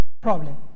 problem